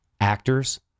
actors